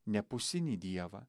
nepusinį dievą